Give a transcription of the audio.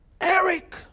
Eric